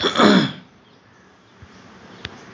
Debit card काढण्यासाठी अकाउंटमध्ये किती पैसे हवे असतात?